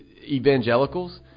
evangelicals